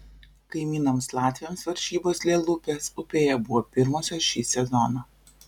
kaimynams latviams varžybos lielupės upėje buvo pirmosios šį sezoną